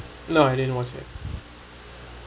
no I didn't watch it